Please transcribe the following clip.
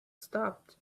stopped